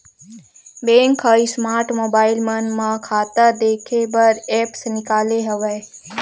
bank ह smart mobile मन म खाता देखे बर ऐप्स निकाले हवय